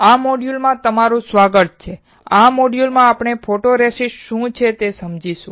આ મોડ્યુલમાં તમારું સ્વાગત છે અને આ મોડ્યુલમાં આપણે ફોટોરેસિસ્ટ શું છે તે સમજીશું